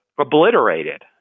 obliterated